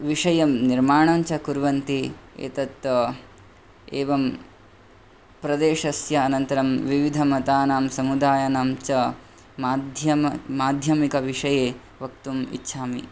विषयं निर्मानञ्च कुर्वन्ति एतत् एवं प्रदेशस्य अनन्तरं विविधमतानां समुदायानाञ्च माध्यम माध्यमिक विषये वक्तुम् इच्छामि